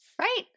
right